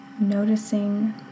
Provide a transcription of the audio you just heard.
noticing